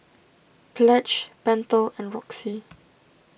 Pledge Pentel and Roxy